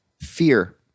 Fear